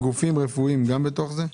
גופים רפואיים גם בתוך זה?